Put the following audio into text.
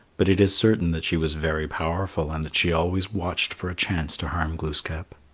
but it is certain that she was very powerful and that she always watched for a chance to harm glooskap.